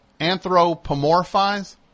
Anthropomorphize